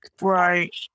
Right